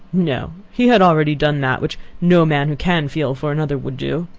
no, he had already done that, which no man who can feel for another would do.